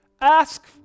ask